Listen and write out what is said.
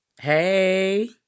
hey